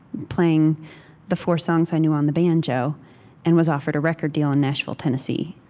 playing the four songs i knew on the banjo and was offered a record deal in nashville, tennessee.